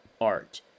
art